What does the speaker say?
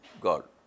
God